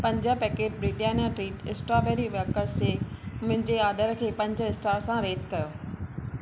पंज packet Britannia Treat strawberry wafers जे मुंहिंजे ऑडर खे पंज स्टारनि सां रेट कयो